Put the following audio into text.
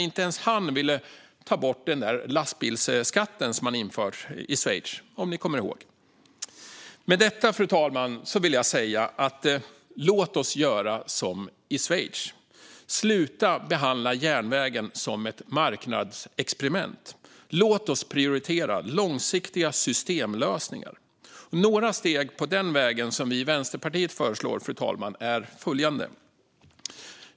Inte ens han ville ta bort den där lastbilsskatten som införts i Schweiz, om ni kommer ihåg. Med detta, fru talman, vill jag säga: Låt oss göra som i Schweiz! Sluta behandla järnvägen som ett marknadsexperiment, och låt oss prioritera långsiktiga systemlösningar. Några steg på den vägen som vi i Vänsterpartiet föreslår är följande, fru talman.